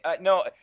no